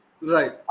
Right